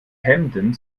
hemden